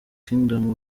kingdom